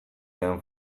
den